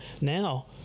Now